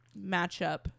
matchup